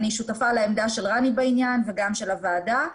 אני שותפה של רני בעניין וגם של הוועדה,